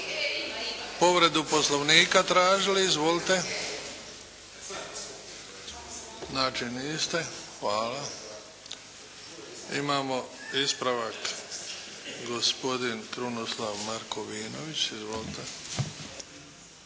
povredu Poslovnika tražili? Izvolite. Znači niste. Hvala. Imamo ispravak gospodin Krunoslav Markovinović. Izvolite.